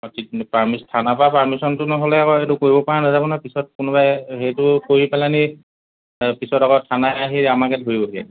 অঁ তেতিয়া থানাৰপৰা পাৰ্মিশ্যনটো নহ'লে আকৌ এইটো কৰিবপৰা নাযাব নহয় পিছত কোনোবাই সেইটো কৰি পেলাইনি পিছত আকৌ থানাই আহি আমাকে ধৰিবহি